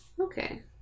Okay